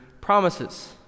promises